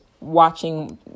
watching